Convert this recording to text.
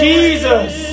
Jesus